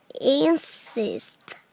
insist